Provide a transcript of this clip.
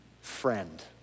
Friend